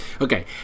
Okay